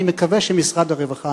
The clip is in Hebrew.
אני מקווה שמשרד הרווחה,